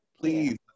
please